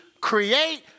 create